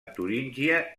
turíngia